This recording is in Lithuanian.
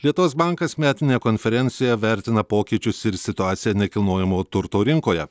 lietuvos bankas metinėje konferencijoje vertina pokyčius ir situaciją nekilnojamo turto rinkoje